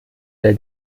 der